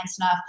enough